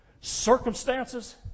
circumstances